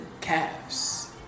calves